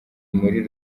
muri